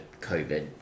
COVID